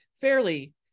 fairly